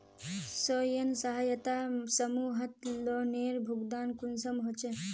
स्वयं सहायता समूहत लोनेर भुगतान कुंसम होचे?